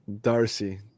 Darcy